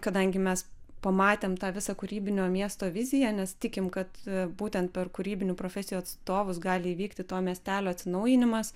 kadangi mes pamatėm tą visą kūrybinio miesto viziją nes tikim kad būtent per kūrybinių profesijų atstovus gali įvykti to miestelio atsinaujinimas